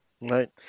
Right